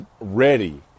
ready